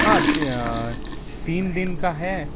हाँ तीन दिन का है